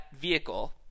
vehicle